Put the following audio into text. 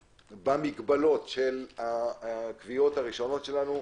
במגבלות של הקביעות הראשונות שלנו.